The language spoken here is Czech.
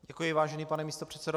Děkuji, vážený pane místopředsedo.